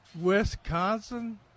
Wisconsin